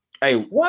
Hey